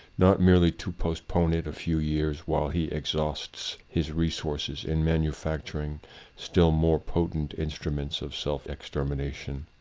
not merely to postpone it a few years while he exhausts his resources in manufacturing still more potent instruments of self-extermination.